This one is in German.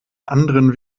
anderen